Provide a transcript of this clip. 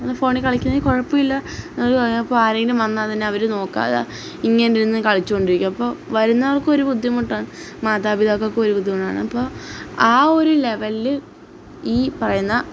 ഒന്ന് ഫോണിൽ കളിക്കുന്നതിൽ കുഴപ്പമില്ല എന്നുപറഞ്ഞ് ഇപ്പോള് ആരേലും വന്നാല്ത്തന്നെ അവര് നോക്കാതെ ഇങ്ങനിരുന്ന് കളിച്ചോണ്ടിരിക്കും അപ്പോള് വരുന്നയാൾക്കും ഒരു ബുദ്ധിമുട്ടാണ് മാതാപിതാക്കൾക്കും ഒരു ബുദ്ധിമുട്ടാണ് അപ്പോള് ആ ഒരു ലെവലില് ഈ പറയുന്ന